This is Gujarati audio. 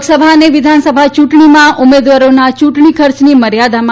લોકસભા અને વિધાનસભા ચૂંટણીમાં ઉમેદવારોના ચૂંટણી ખર્ચની મર્યાદામાં